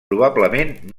probablement